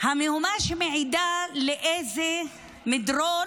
המהומה שמעידה לאיזה מדרון,